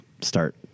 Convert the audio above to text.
start